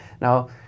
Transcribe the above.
Now